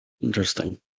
Interesting